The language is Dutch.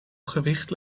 gewicht